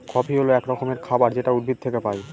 coffee হল এক রকমের খাবার যেটা উদ্ভিদ থেকে পায়